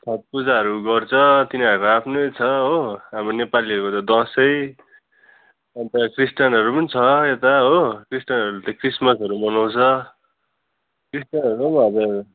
छठ पूजाहरू गर्छ तिनीहरूको आफ्नै छ हो अब नेपालीहरूको त दसैँ अन्त क्रिस्तानहरू पनि छ यता हो क्रिस्तानहरूले त क्रिसमसहरू मनाउँछ क्रिस्तानहरू हजुर